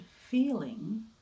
feeling